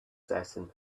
setting